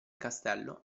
castello